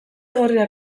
gorriak